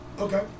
Okay